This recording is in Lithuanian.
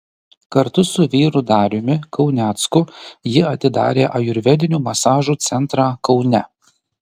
kartu su vyru dariumi kaunecku ji atidarė ajurvedinių masažų centrą kaune